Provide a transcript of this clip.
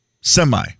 semi